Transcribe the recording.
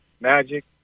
Magic